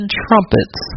trumpets